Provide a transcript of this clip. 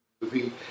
movie